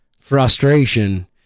frustration